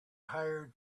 hire